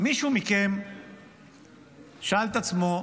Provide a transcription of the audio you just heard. מישהו מכם שאל את עצמו,